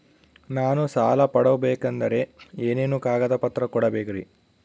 ನಾನು ಸಾಲ ಪಡಕೋಬೇಕಂದರೆ ಏನೇನು ಕಾಗದ ಪತ್ರ ಕೋಡಬೇಕ್ರಿ?